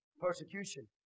Persecution